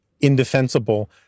indefensible